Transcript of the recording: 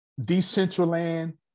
Decentraland